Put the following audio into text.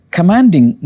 Commanding